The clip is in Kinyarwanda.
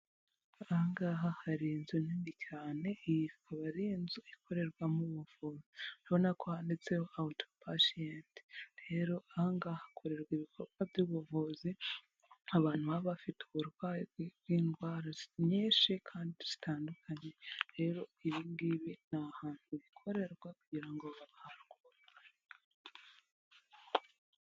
Aha ngaha hari inzu nini cyane, iyi ikaba ari inzu ikorerwamo ubuvuzi, murabona ko handitseho awuti pashiyeti, rero ahangaha hakorerwa ibikorwa by'ubuvuzi, abantu baba bafite uburwayi bw'indwara nyinshi kandi zitandukanye. Rero ibi ngibi ni ahantu bikorerwa kugira ngo baba...